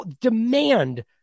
demand